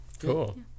Cool